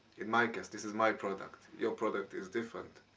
in my case, this is my product. your product is different.